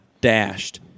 dashed